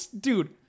dude